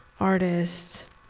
artist